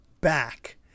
back